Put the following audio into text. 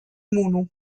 муну